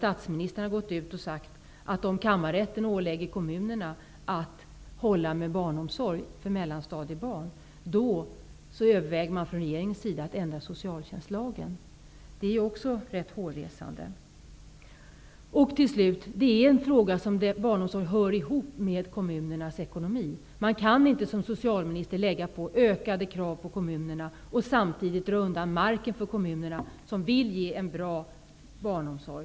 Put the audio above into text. Statsministern har gått ut och sagt att om Kammarrätten ålägger kommunerna att hålla med barnomsorg för mellanstadiebarn, överväger man från regeringens sida att ändra socialtjänstlagen. Det är också rätt hårresande. Till slut: Frågan om barnomsorgen hör ihop med kommunernas ekonomi. Man kan inte, som socialministern säger, ställa ökade krav på kommunerna samtidigt som man så att säga slår undan benen för kommunerna, vilka vill ge en bra barnomsorg.